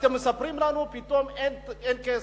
אתם מספרים לנו, פתאום אין כסף.